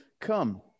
Come